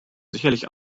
sicherlich